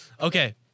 Okay